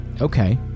okay